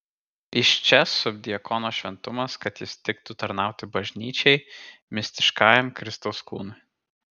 iš čia subdiakono šventumas kad jis tiktų tarnauti bažnyčiai mistiškajam kristaus kūnui